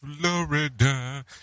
Florida